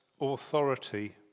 authority